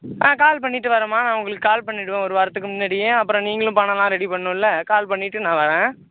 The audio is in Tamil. ஆ நான் கால் பண்ணிவிட்டு வரேன்மா நான் உங்களுக்கு கால் பண்ணிவிட்டு தான் வருவேன் ஒரு வாரத்துக்கு முன்னாடியே அப்புறம் நீங்களும் பணமெலாம் ரெடி பண்ணணுமில கால் பண்ணிவிட்டு நான் வரேன்